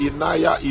Inaya